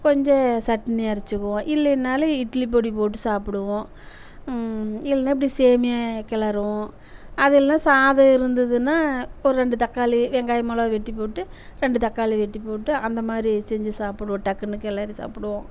கொஞ்சம் சட்னி அரைச்சிக்குவோம் இல்லைனாலும் இட்லி பொடி போட்டு சாப்டுவோம் இல்லனா இப்படி சேமியா கிளருவோம் அது இல்லைனா சாதம் இருந்ததுனா ஒரு ரெண்டு தக்காளி வெங்காயம் மிளகாய் வெட்டி போட்டு ரெண்டு தக்காளி வெட்டி போட்டு அந்தமாதிரி செஞ்சு சாப்பிடுவோம் டக்குனு கிளரி சாப்பிடுவோம்